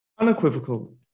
Unequivocal